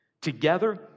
Together